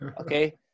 okay